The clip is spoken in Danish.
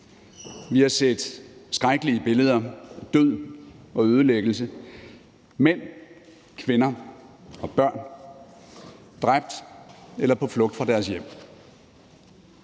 Vi har set skrækkelige billeder af død og ødelæggelse, af mænd, kvinder og børn dræbt eller på flugt fra deres hjem.